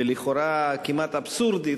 ולכאורה כמעט אבסורדי,